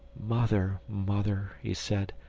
mother, mother! he said.